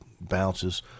bounces